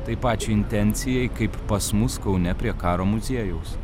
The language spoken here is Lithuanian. tai pačiai intencijai kaip pas mus kaune prie karo muziejaus